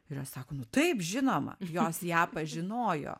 ir jos sako nu taip žinoma jos ją pažinojo